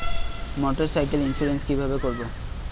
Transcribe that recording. মোটরসাইকেলের ইন্সুরেন্স কিভাবে করব?